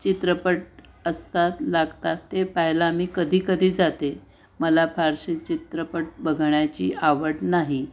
चित्रपट असतात लागतात ते पाहायला मी कधी कधी जाते मला फारसे चित्रपट बघण्याची आवड नाही